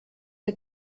der